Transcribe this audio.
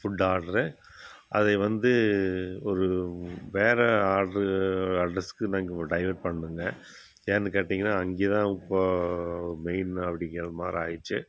food order அதைய வந்து ஒரு வேற ஆர்டர் அட்ரஸ்க்கு நாங்கள் டைவட் பண்ணணுங்க ஏன்னு கேட்டிங்கன்னா அங்கேதான் இப்போது மெயின் அப்படிங்கிறமாரி ஆயிடுச்சு